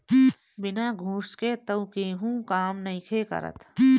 बिना घूस के तअ केहू काम नइखे करत